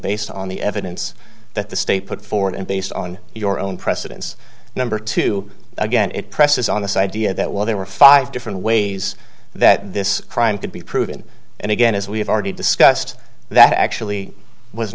based on the evidence that the state put forward and based on your own precedents number two again it presses on this idea that well there were five different ways that this crime could be proven and again as we've already discussed that actually was